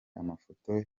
amafoto